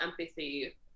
empathy